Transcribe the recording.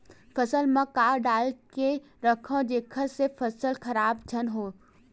फसल म का डाल के रखव जेखर से फसल खराब झन हो?